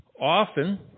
Often